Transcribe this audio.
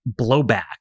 blowback